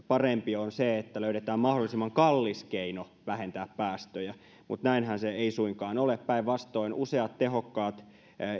parempi on se että löydetään mahdollisimman kallis keino vähentää päästöjä mutta näinhän se ei suinkaan ole päinvastoin useat tehokkaat